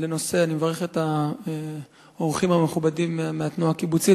אני מברך את האורחים המכובדים מהתנועה הקיבוצית.